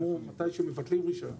כמו מתי מבטלים רישיון.